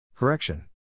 Correction